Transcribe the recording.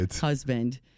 husband